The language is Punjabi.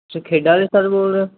ਸਰ ਖੇਡਾਂ ਦੇ ਸਰ ਬੋਲ ਰਹੇ ਹੋ